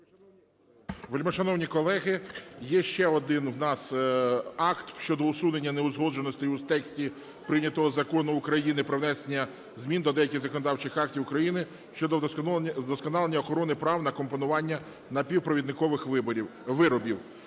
Вельмишановні колеги, є ще один в нас акт щодо усунення неузгодженостей у тексті прийнятого Закону України про внесення змін до деяких законодавчих актів України щодо вдосконалення охорони прав на компонування напівпровідникових виробів.